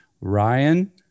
Ryan